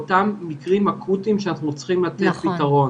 כלומר האתגרים והבעיות היו גם לפני הקורונה והם יהיו גם אחרי הקורונה.